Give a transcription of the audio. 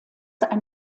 ein